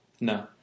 No